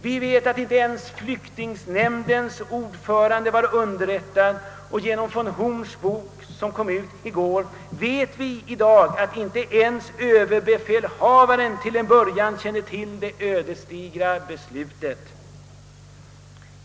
Vi vet att inte ens flyktingnämndens ordförande var underrättad, och genom von Horns bok som kom ut i går vet vi nu att inte ens överbefälhavaren till en början kände till det ödesdigra beslutet.